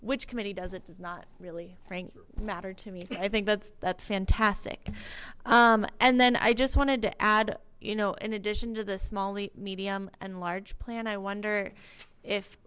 which committee does it does not really frank matter to me i think that's that's fantastic and then i just wanted to add you know in addition to the small medium and large plan i wonder if